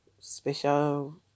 special